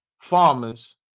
farmers